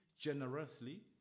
generously